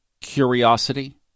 curiosity